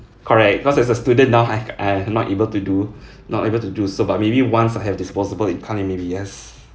correct because as a student now I I am not able to do not able to do so but maybe once I have disposable income then maybe yes